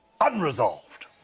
unresolved